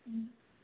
ம்